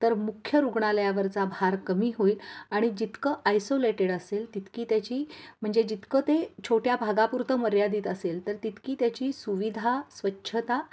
तर मुख्य रुग्णालयावरचा भार कमी होईल आणि जितकं आयसोलेटेड असेल तितकी त्याची म्हणजे जितकं ते छोट्या भागापुरतं मर्यादित असेल तर तितकी त्याची सुविधा स्वच्छता